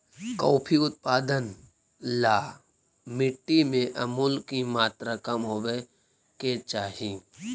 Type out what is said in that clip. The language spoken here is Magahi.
कॉफी उत्पादन ला मिट्टी में अमूल की मात्रा कम होवे के चाही